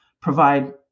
provide